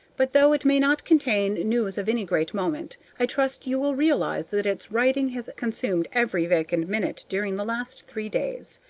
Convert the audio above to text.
but though it may not contain news of any great moment, i trust you will realize that its writing has consumed every vacant minute during the last three days.